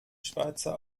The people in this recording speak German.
schweizer